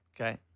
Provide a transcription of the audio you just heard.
Okay